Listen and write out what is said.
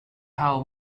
how